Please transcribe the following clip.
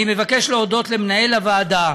אני מבקש להודות למנהל הוועדה,